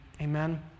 Amen